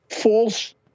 false